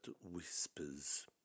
whispers